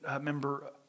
member